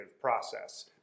process